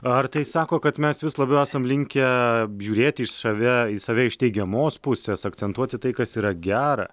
ar tai sako kad mes vis labiau esam linkę žiūrėti iš save į save iš teigiamos pusės akcentuoti tai kas yra gera